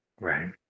Right